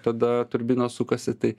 tada turbinos sukasi tai